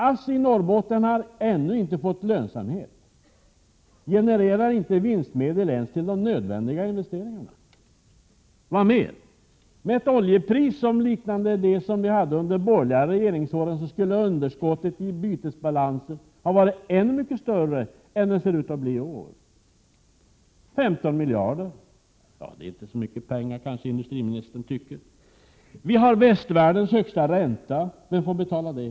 ASSI i Norrbotten har ännu inte fått lönsamhet och genererar inte vinstmedel ens till de nödvändiga investeringarna. Med ett oljepris liknande det som vi hade under de borgerliga regeringsåren skulle underskottet i bytesbalansen ha varit ännu mycket större än det ser ut att bli i år. 15 miljarder — det är inte så mycket pengar, tycker kanske industriministern. Vi har västvärldens högsta ränta. Vem får betala det?